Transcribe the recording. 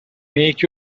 make